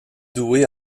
doué